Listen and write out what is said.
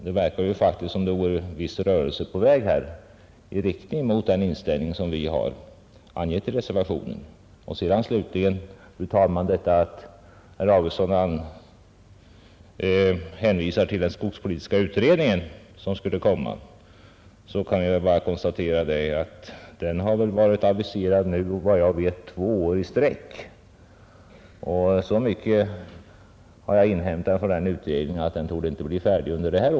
Det verkar faktiskt som om en viss rörelse sker i riktning mot den inställning som vi har angivit i reservationen. Slutligen, fru talman, hänvisar herr Augustsson till skogspolitiska utredningen. Då kan jag bara konstatera att dess betänkande har varit aviserat, efter vad jag vet, två år i sträck, men så mycket har jag inhämtat från utredningen att den inte torde bli färdig under detta år.